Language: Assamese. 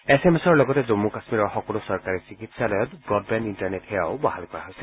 এছ এম এছৰ লগতে জম্মু কাশ্মীৰৰ সকলো চৰকাৰী চিকিৎসালয়ত ৱডবেণ্ড ইণ্টাৰনেট সেৱা বাহাল কৰা হৈছে